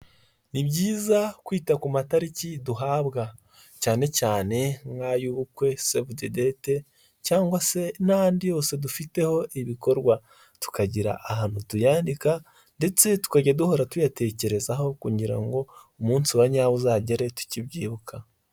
Ni byiza kwita ku matariki duhabwa, cyane cyane nk'ay'ubukwe, sevudidedeyite cyangwa se n'andi yose dufiteho ibikorwa tukagira ahantu tuyandika ndetse tukajya duhora tuyatekerezaho kugira ngo umunsi wa nyawo uzagere tukibyibuka.